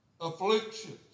afflictions